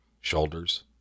shoulders